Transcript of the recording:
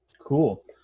cool